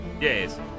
Yes